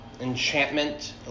enchantment